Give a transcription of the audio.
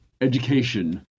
education